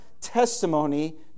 testimony